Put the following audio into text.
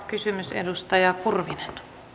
kysymys edustaja kurvinen